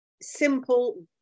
simple